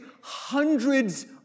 hundreds